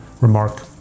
remark